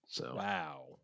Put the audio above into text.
Wow